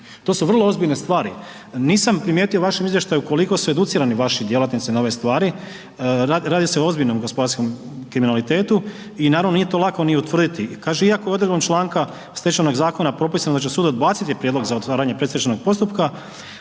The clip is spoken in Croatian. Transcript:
To su vrlo ozbiljne stvari, nisam primijetio u vašem izvještaju koliko su educirani vaši djelatnici na ove stvari, radi se o ozbiljnom gospodarskom kriminalitetu i naravno nije to lako ni utvrditi i kaže iako je odredbom članka Stečajnog zakona propisano da će sud odbaciti prijedlog za otvaranje predstečajnog postupka